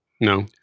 No